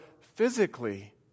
physically